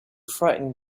frightened